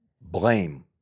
blame